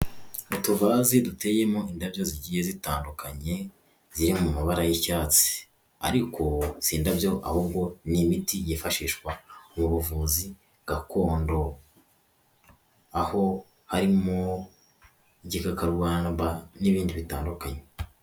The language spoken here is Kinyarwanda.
Utuvaze duteyemo indabyo zigiye zitandukanye ziri mu mabara y'icyatsi. Ariko si indabyo ahubwo n'imiti yifashishwa mu buvuzi gakondo aho harimo nk'igikakarubamba n'ibindi bitandukanye.